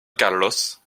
carlos